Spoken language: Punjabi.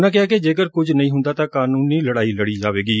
ਉਨ੍ਹਾਂ ਕਿਹਾ ਕਿ ਜੇਕਰ ਕੁਝ ਨਹੀਂ ਹੁੰਦਾ ਤਾਂ ਕਾਨੂੰਨੀ ਲੜਾਈ ਲੜੀ ਜਾਵੇਗੀ